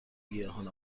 گیاهان